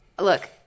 Look